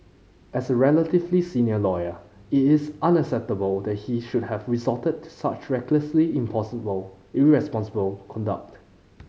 as a relatively senior lawyer it is unacceptable that he should have resorted to such recklessly impossible irresponsible conduct